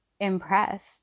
impressed